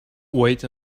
wait